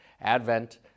Advent